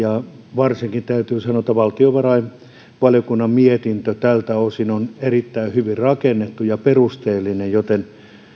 varsinkin täytyy sanoa että valtiovarainvaliokunnan mietintö tältä osin on erittäin hyvin rakennettu ja perusteellinen joten